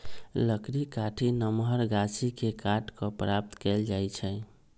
लकड़ी काठी नमहर गाछि के काट कऽ प्राप्त कएल जाइ छइ